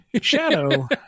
Shadow